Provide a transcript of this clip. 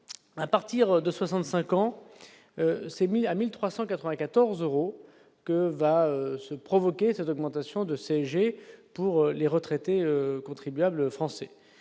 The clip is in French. à partir de 65 ans s'est mis à 1394 euros que va se provoquer cette augmentation de CSG pour les retraités contribuables français